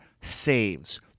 saves